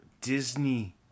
Disney